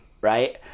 right